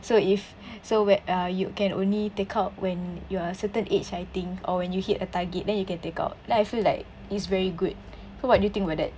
so if so where ah you can only take out when you are a certain age I think or when you hit a target then you can take out like I feel like is very good so what do you think about that